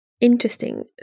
Interesting